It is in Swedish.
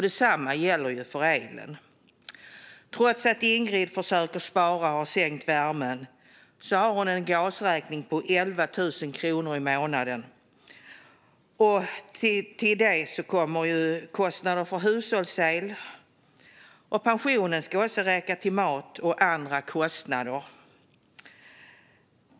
Detsamma gällde för elen. Trots att Ingrid försöker spara och har sänkt värmen har hon en gasräkning på 11 000 kronor i månaden. Till det kommer kostnaden för hushållsel. Pensionen ska också räcka till mat och andra kostnader.